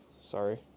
Sorry